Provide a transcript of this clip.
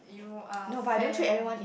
you are fat